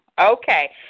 Okay